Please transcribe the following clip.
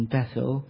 Bethel